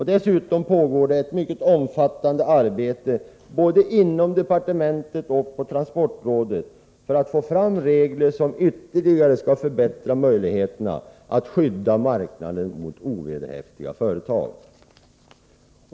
Dessutom pågår det ett mycket omfattande arbete både inom departementet och på transportrådet, för att få fram regler som ytterligare skall förbättra möjligheterna att skydda marknaden mot ovederhäftiga företag.